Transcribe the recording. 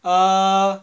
err